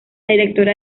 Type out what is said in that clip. directora